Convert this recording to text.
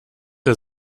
der